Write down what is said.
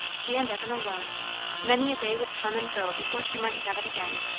she and evan alone many a day would come and go before she might have it again.